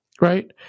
right